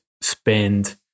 spend